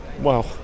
Wow